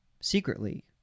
secretly